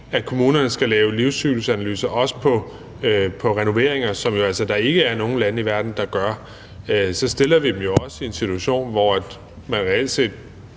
at kommunerne også skal lave livscyklusanalyse på renoveringer, som der jo altså ikke er nogen lande i verden der gør, så stiller vi dem jo også i en situation, hvor man reelt set